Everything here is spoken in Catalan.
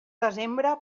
desembre